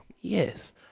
Yes